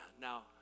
Now